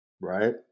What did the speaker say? Right